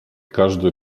każdy